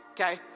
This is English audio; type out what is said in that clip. okay